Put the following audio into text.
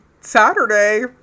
Saturday